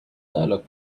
dialog